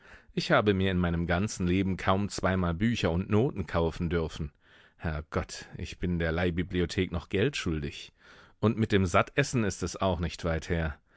ich habe mir in meinem ganzen leben kaum zweimal bücher und noten kaufen dürfen herrgott ich bin der leihbibliothek noch geld schuldig und mit dem sattessen ist es auch nicht weit her